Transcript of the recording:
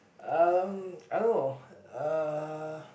uh I don't know uh